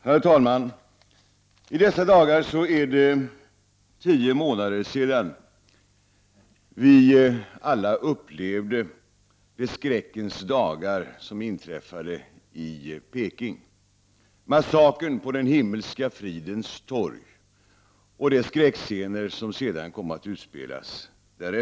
Herr talman! I dessa dagar är det tio månader sedan vi alla upplevde de skräckens dagar som inträffade i Peking — massakern på Den himmelska fridens torg och de skräckscener som sedan kom att utspelas.